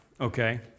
okay